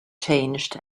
changed